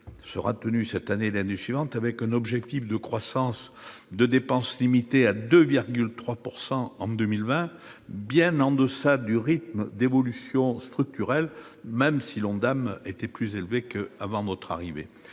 -sera tenu cette année et l'année suivante, avec un objectif de croissance des dépenses limité à 2,3 % en 2020, bien en deçà du rythme d'évolution structurelle- je reconnais toutefois que l'Ondam est plus élevé qu'avant votre arrivée,